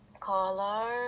Color